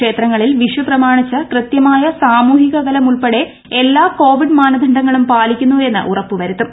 ക്ഷേത്രങ്ങളിൽ വിഷു പ്രമാണിച്ച് കൃത്യമായ സാമൂഹിക് അകലം ഉൾപ്പെടെ എല്ലാ കോവിഡ് മാനദണ്ഡങ്ങളും പാലിക്കുന്നൂ എന്ന് ഉറപ്പു് വരുത്തും